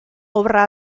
obra